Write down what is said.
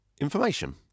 information